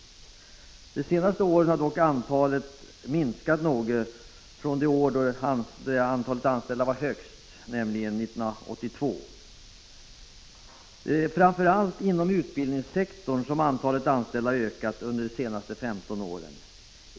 De senaste åren har dock antalet minskat något från det år då antalet anställda var högst, nämligen 1982. Det är framför allt inom utbildningssektorn som antalet anställda ökat under de senaste 15 åren.